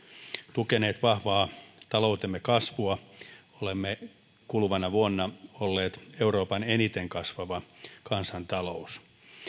tukeneet vahvaa taloutemme kasvua olemme kuluvana vuonna olleet euroopan eniten kasvava kansantalous